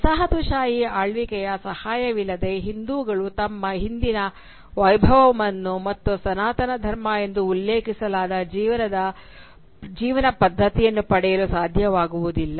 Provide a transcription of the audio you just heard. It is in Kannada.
ವಸಾಹತುಶಾಹಿ ಆಳ್ವಿಕೆಯ ಸಹಾಯವಿಲ್ಲದೆ ಹಿಂದೂಗಳು ತಮ್ಮ ಹಿಂದಿನ ವೈಭವವನ್ನು ಮತ್ತು ಸನಾತನ ಧರ್ಮ ಎಂದು ಉಲ್ಲೇಖಿಸಲಾದ ಜೀವನ ಪದ್ಧತಿಯನ್ನು ಪಡೆಯಲು ಸಾಧ್ಯವಾಗುವುದಿಲ್ಲ